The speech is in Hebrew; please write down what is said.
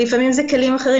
לפעמים זה כלים אחרים,